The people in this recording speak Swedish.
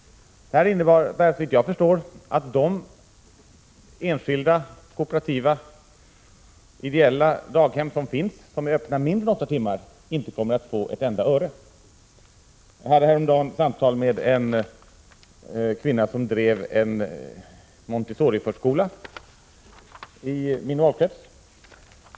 Det här innebär, såvitt jag förstår, att de enskilda, kooperativa och ideella daghemmen, som har öppet mindre än 8 timmar, inte kommer att få ett enda öre. Häromdagen hade jag ett samtal med en kvinna som driver en Montessoriförskola i min valkrets.